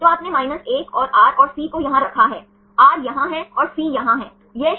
तो आपने 1 और R और C को यहाँ रखा है R यहाँ है और C यहाँ है